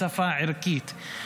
בשפה ערכית,